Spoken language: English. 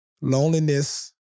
Loneliness